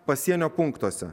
pasienio punktuose